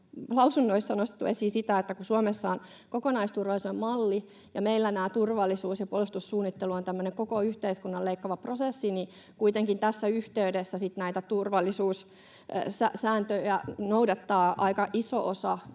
lausunnoissa on nostettu esiin sitä — että kun Suomessa on kokonaisturvallisuuden malli ja meillä tämä turvallisuus- ja puolustussuunnittelu on tämmöinen koko yhteiskunnan leikkaava prosessi, niin kuitenkin tässä yhteydessä sitten näitä turvallisuussääntöjä noudattaa aika iso osa